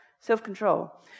Self-control